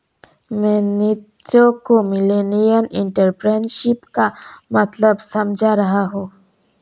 मैं नीतू को millennial entrepreneurship का मतलब समझा रहा हूं